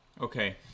Okay